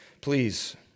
Please